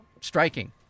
striking